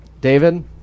David